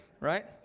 right